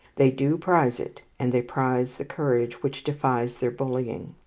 they do prize it, and they prize the courage which defies their bullying.